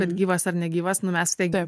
bet gyvas ar negyvas nu mes taigi